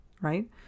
right